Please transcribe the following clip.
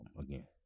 Again